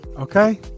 okay